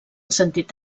sentit